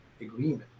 agreement